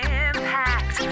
impact